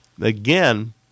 again